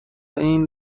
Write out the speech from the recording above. این